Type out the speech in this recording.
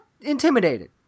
intimidated